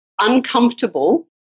uncomfortable